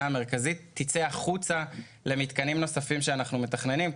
המרכזית תצא החוצה למתקנים נוספים שאנחנו מתכננים,